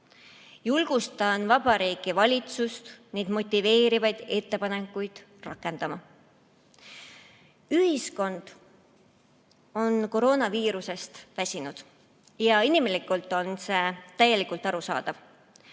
Julgustan Vabariigi Valitsust neid motiveerivaid ettepanekuid rakendama. Ühiskond on koroonaviirusest väsinud. Inimlikult on see täielikult arusaadav.